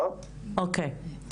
אוקי.